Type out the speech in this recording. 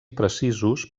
precisos